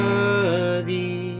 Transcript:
Worthy